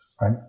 right